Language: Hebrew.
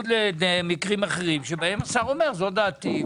במקרים אחרים בא השר ואומר: זאת דעתי,